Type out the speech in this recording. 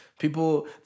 People